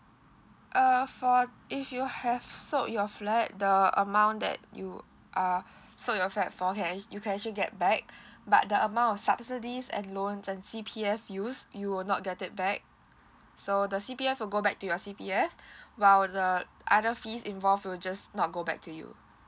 err for if you have sold your flat the amount that you are sold your flat for you can you can actually get back but the amount of subsidies and loan and C_P_F used you will not get it back so the C_P_F will go back to your C_P_F while the other fees involved will just not go back to you